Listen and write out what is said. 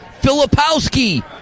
Filipowski